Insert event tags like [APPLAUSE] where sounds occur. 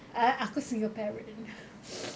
I aku single parent [NOISE]